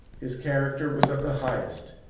his character was of the highest.